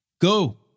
Go